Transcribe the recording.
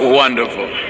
wonderful